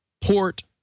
port